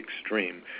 extreme